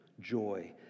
joy